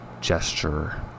gesture